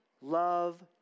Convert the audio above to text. Love